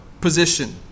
position